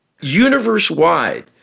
universe-wide